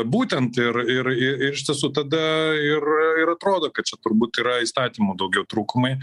būtent ir ir ir iš tiesų tada ir atrodo kad čia turbūt yra įstatymų daugiau trūkumai